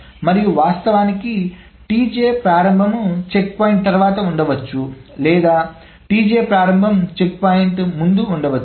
మరియు వాస్తవానికి Tj ప్రారంభం చెక్ పాయింట్ తర్వాత ఉండవచ్చు లేదా Tj ప్రారంభం చెక్ పాయింట్ ముందు ఉండవచ్చు